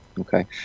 okay